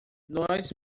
nós